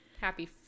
happy